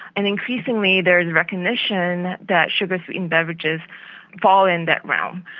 and increasingly there is recognition that sugars in beverages fall in that realm.